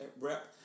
Rep